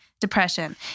Depression